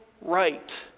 right